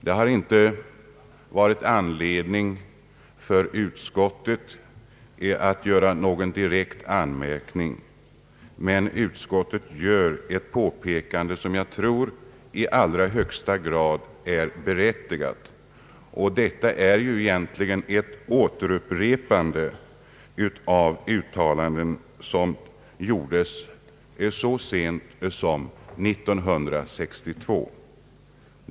Det har inte varit anledning för utskottet att rikta någon direkt anmärkning i denna fråga, men utskottet gör ett påpekande som jag tror är i hög grad berättigat. I själva verket upprepas här uttalanden som gjordes så sent som år 1962.